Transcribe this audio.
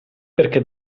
perché